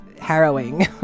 Harrowing